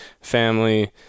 family